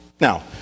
Now